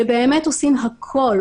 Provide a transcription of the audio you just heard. שבאמת עושים הכול,